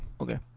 Okay